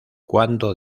cuando